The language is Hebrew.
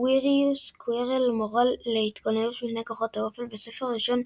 קוויריניוס קווירל – מורה להתגוננות מפני כוחות האופל בספר הראשון,